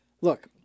look